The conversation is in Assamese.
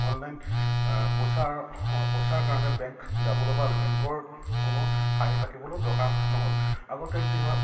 অনলাইন পইচাৰ পইচাৰ কাৰণে বেংক যাবলৈবা বেংকৰ কোনো শাৰী পাতিবলৈ দৰকাৰ নহ'ল আগতে কি হয়